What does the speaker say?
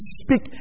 speak